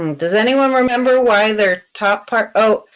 um does anyone remember why their top part. oh,